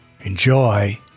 enjoy